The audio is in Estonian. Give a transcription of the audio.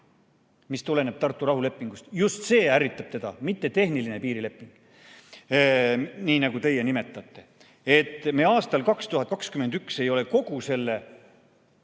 mis tuleneb Tartu rahulepingust. Just see ärritab teda, mitte tehniline piirileping, nii nagu teie nimetate. Aastal 2021 ei ole me kogu selle